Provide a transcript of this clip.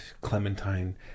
clementine